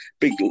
big